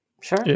sure